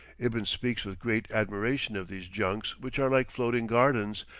ibn speaks with great admiration of these junks which are like floating gardens,